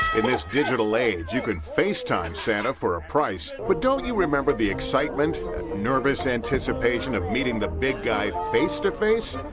in this digital age, you can face time santa for a price but don't you remember the excitement and nervous anticipation of meeting the big guy face-to-face?